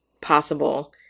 possible